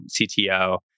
CTO